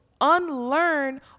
unlearn